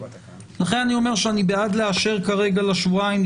לכן אני אומר שאני בעד לאשר כרגע לשבועיים,